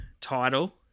title